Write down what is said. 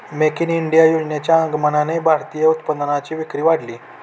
make in India योजनेच्या आगमनाने भारतीय उत्पादनांची विक्री वाढली